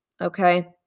Okay